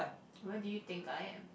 where did you think I am